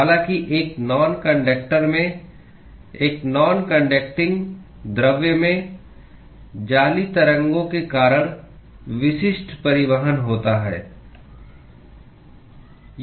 हालांकि एक नांकंडक्टर में एक नांकन्डक्टिंग द्रव्य में जाली तरंगों के कारण विशिष्ट परिवहन होता है